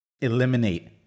Eliminate